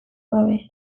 gabe